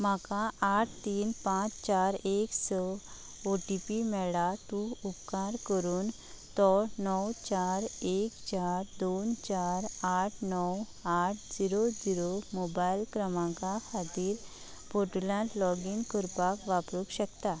म्हाका आठ तीन पांच चार एक स ओ टी पी मेळ्ळा तूं उपकार करून तो णव चार एक चार दोन चार आठ णव आठ झिरो झिरो मोबायल क्रमांका खातीर पोर्टलांत लॉगीन करपाक वापरूं शकता